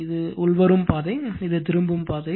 இது உள்வரும் பாதை இது திரும்பும் பாதை